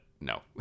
no